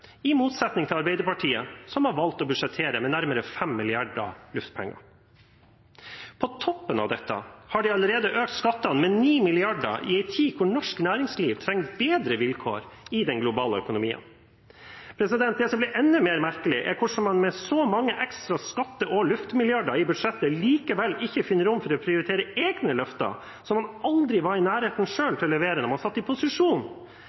i motsetning til Arbeiderpartiet, som har valgt å budsjettere med nærmere 5 milliarder luftpenger. På toppen av dette har de allerede økt skattene med 9 mrd. kr, i en tid da norsk næringsliv trenger bedre vilkår i den globale økonomien. Det som blir enda mer merkelig, er hvordan man med så mange ekstra skatte- og luftmilliarder i budsjettet likevel ikke finner rom for å prioritere egne løfter, som man selv aldri var i nærheten av å levere på da man satt i posisjon.